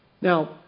Now